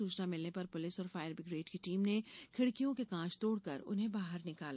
सूचना मिलने पर पुलिस और फायर ब्रिगेड की टीम ने खिडकियों के कांच तोड़कर उन्हें बाहर निकाला